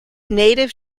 native